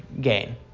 gain